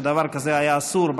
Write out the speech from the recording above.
ודבר כזה היה אסור.